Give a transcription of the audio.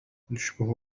يشبه